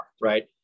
right